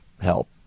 help